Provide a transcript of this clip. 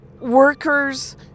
workers